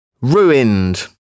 Ruined